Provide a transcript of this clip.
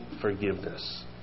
forgiveness